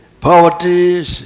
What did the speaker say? poverty